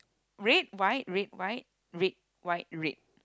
red white red white red white red